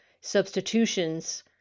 substitutions